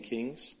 Kings